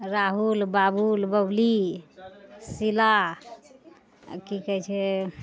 राहुल बाबुल बबली शीला आओर की कहय छै